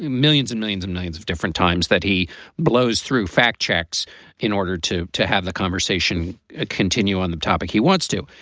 ah millions and millions and millions of different times that he blows through fact checks in order to to have the conversation continue on the topic he wants to.